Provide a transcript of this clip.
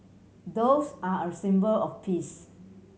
doves are a symbol of peace